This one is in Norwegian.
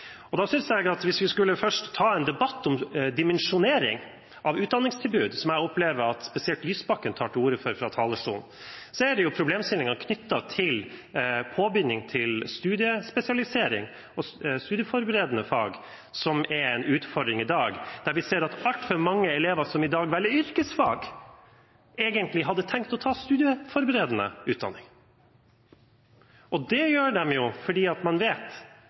utdanning. Da synes jeg at hvis vi først skal ta en debatt om dimensjonering av utdanningstilbud, og som jeg opplever at spesielt Lysbakken tar til orde for fra talerstolen, må vi ta med at det er problemstillinger knyttet til påbygging til studiespesialisering og studieforberedende fag som er en utfordring i dag. Vi ser at altfor mange elever som velger yrkesfag, egentlig hadde tenkt å ta studieforberedende utdanning, og det gjør man fordi man vet